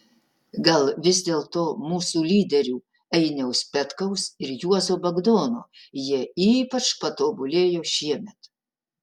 gal vis dėlto mūsų lyderių einiaus petkaus ir juozo bagdono jie ypač patobulėjo šiemet